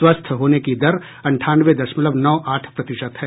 स्वस्थ होने की दर अंठानवे दशमलव नौ आठ प्रतिशत है